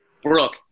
Brooke